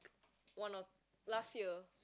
one or last year